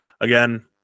again